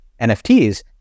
NFTs